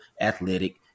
athletic